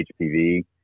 HPV